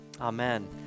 Amen